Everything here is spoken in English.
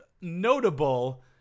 notable